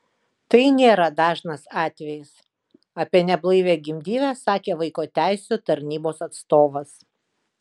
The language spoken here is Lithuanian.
tai nėra dažnas atvejis apie neblaivią gimdyvę sakė vaiko teisių tarnybos atstovas